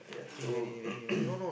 ya so